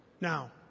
Now